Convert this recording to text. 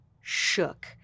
shook